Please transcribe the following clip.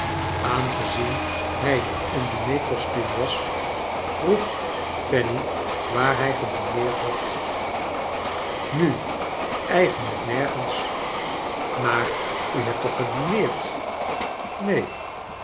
aangezien hij in diner costuum was vroeg fanny waar hij gedineerd had nu eigenlijk nergens maar n hebt toch gedineerd neen